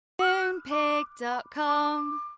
Moonpig.com